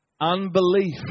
Unbelief